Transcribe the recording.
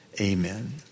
amen